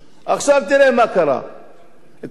כל הכבוד לשופט ולוועדה שלו,